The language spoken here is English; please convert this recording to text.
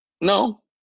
no